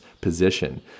position